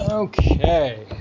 Okay